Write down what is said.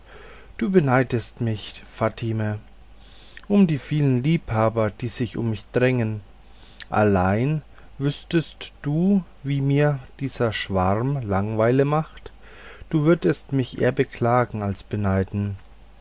du beneidest mich fatime um die vielen liebhaber die sich um mich drängen allein wüßtest du wie mir dieser schwarm langeweile macht du würdest mich eher beklagen als beneiden